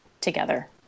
together